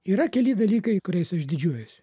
yra keli dalykai kuriais aš didžiuojuosi